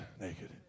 naked